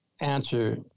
answer